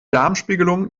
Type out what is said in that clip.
darmspiegelung